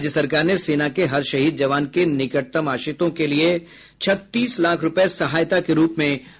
राज्य सरकार ने सेना के हर शहीद जवान के निकटतम आश्रितों के लिए छत्तीस लाख रूपये सहायता के रूप में मंजूर किये हैं